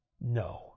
no